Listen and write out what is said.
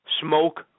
Smoke